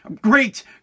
Great